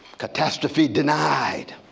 catastrophe denied,